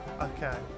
okay